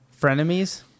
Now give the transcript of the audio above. Frenemies